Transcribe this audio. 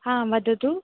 हा वदतु